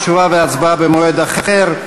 תשובה והצבעה במועד אחר.